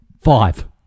five